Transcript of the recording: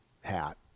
hat